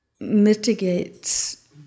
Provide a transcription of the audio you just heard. mitigates